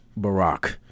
Barack